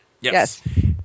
yes